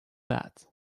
that